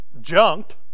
junked